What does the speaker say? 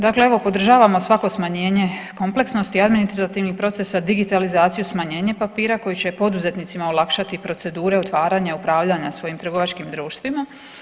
Dakle, evo podržavamo svako smanjenje kompleksnosti administrativnih procesa, digitalizaciju, smanjenje papira koji će poduzetnicima olakšati procedure otvaranja upravljanja svojim trgovačkim društvima.